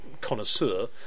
connoisseur